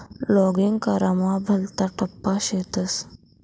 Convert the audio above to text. login करामा भलता टप्पा शेतस